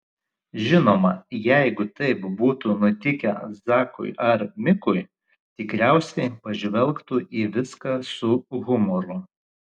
žinoma jeigu taip būtų nutikę zakui ar mikui tikriausiai pažvelgtų į viską su humoru